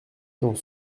dans